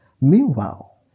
meanwhile